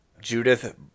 Judith